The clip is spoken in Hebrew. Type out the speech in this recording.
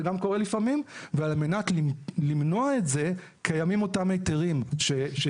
זה גם קורה לפעמים ועל מנת למנוע את זה קיימים אותם היתרים שציינת.